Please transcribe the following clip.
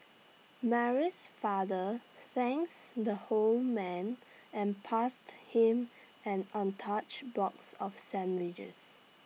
Mary's father thanks the whole man and passed him an untouched box of sandwiches